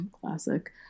Classic